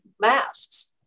masks